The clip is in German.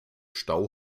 stau